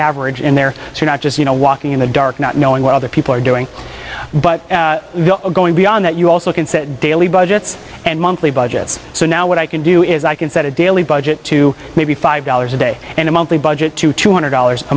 average in there so not just you know walking in the dark not knowing what other people are doing but going beyond that you also can set daily budgets and monthly budgets so now what i can do is i can set a daily budget to maybe five dollars a day and a monthly budget to two hundred dollars a